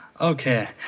Okay